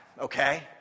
Okay